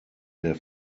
der